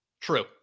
True